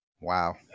Wow